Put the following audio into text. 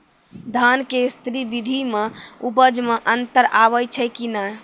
धान के स्री विधि मे उपज मे अन्तर आबै छै कि नैय?